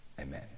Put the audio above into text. Amen